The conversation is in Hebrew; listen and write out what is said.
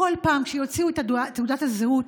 בכל פעם שיוציאו את תעודת הזהות,